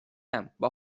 ام، با